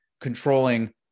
controlling